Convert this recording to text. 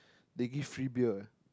they give free beer